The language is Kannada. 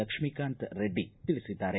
ಲಕ್ಷ್ಮೀಕಾಂತ ರೆಡ್ಡಿ ತಿಳಿಸಿದ್ದಾರೆ